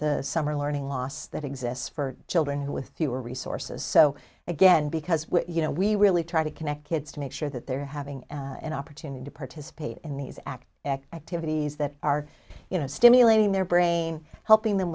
the summer learning loss that exists for children who with fewer resources so again because you know we really try to connect kids to make sure that they're having an opportunity to participate in these acts activities that are you know stimulating their brain helping them